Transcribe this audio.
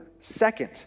Second